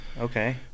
Okay